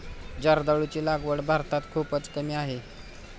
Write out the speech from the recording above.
जर्दाळूची लागवड भारतात खूपच कमी आहे